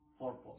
purpose